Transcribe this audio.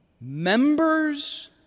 Members